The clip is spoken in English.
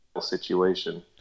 situation